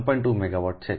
2 megawatt છે